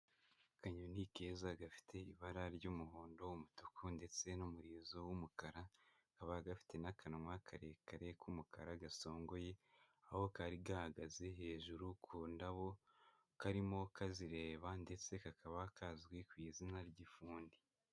Akanyoni keza gafite ibara ry'umuhondo, umutuku, ndetse n'umurizo w'umukara. Kaba gafite n'akanwa karekare k'umukara gasongoye, aho kari gahagaze hejuru ku ndabo karimo kazireba, ndetse kakaba kazwi ku izina ry'ifundi.